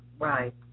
Right